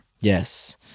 Yes